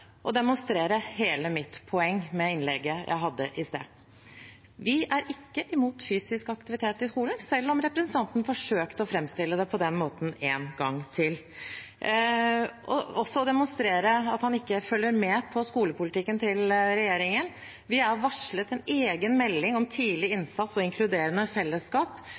å demonstrere hele mitt poeng med innlegget jeg hadde i sted. Vi er ikke imot fysisk aktivitet i skolen, selv om representanten forsøkte å framstille det på den måten en gang til og også demonstrerte at han ikke følger med på skolepolitikken til regjeringen. Vi har varslet en egen melding om tidlig innsats og inkluderende fellesskap,